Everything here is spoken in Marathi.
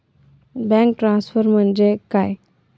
बँक ट्रान्सफर म्हणजे काय?